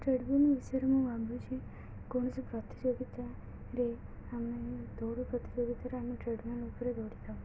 treadmill ବିଷୟରେ ମୁଁ ଭାବୁଛି କୌଣସି ପ୍ରତିଯୋଗିତାରେ ଆମେ ଦୌଡ଼ ପ୍ରତିଯୋଗିତାରେ ଆମେ ଟ୍ରେଡ଼ମିଲ ଉପରେ ଦୌଡ଼ିଥାଉ